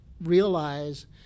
realize